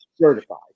certified